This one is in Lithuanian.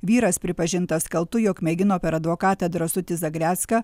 vyras pripažintas kaltu jog mėgino per advokatą drąsutį zagrecką